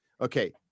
okay